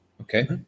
Okay